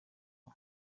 www